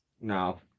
No